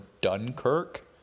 Dunkirk